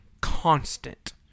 constant